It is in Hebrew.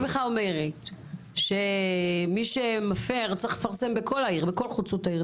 אני בכלל אומרת שמי שמפר צו צריך לפרסם את התמונה שלו בכל חוצות העיר.